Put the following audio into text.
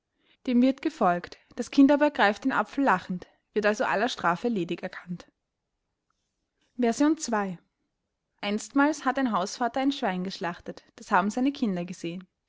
dem wird gefolgt das kind aber ergreift den apfel lachend wird also aller strafe ledig erkannt ii einstmals hat ein hausvater ein schwein geschlachtet das haben seine kinder gesehen